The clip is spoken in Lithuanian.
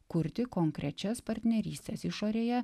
kurti konkrečias partnerystes išorėje